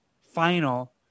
final